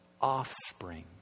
offspring